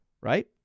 right